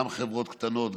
גם חברות קטנות,